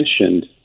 mentioned